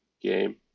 game